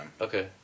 Okay